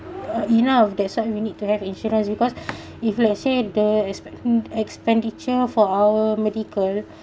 uh enough that's what you need to have insurance because if let's say there is an expenditure for our medical